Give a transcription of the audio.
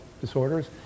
disorders